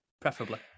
preferably